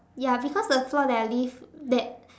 ya because the floor that I live that